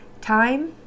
Time